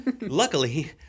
Luckily